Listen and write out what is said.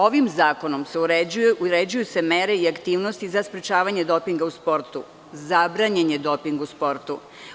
Ovim zakonom se uređuju mere i aktivnosti za sprečavanje dopinga u sportu, zabranjen je doping u sportu.